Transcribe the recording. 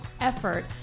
effort